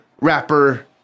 rapper